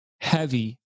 heavy